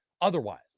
otherwise